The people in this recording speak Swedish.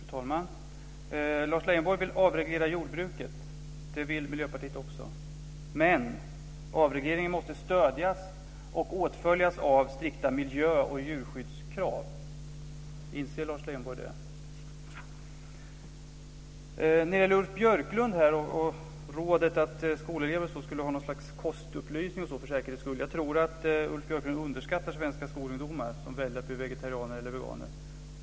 Fru talman! Lars Leijonborg vill avreglera jordbruket. Det vill Miljöpartiet också. Men avregleringen måste stödjas och åtföljas av strikta miljö och djurskyddskrav. Inser Lars Leijonborg det? Ulf Björklund gav rådet att skolelever för säkerhets skull skulle få något slags kostupplysning. Jag tror att Ulf Björklund underskattar svenska skolungdomar som väljer att bli vegetarianer eller veganer.